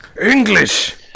English